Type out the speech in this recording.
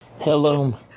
Hello